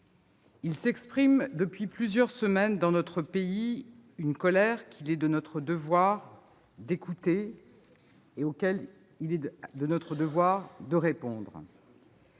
il s'exprime depuis plusieurs semaines, dans notre pays, une colère qu'il est de notre devoir d'écouter et à laquelle il est de notre devoir de répondre.